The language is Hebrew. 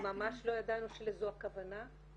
ממש לא ידענו שלזו הכוונה.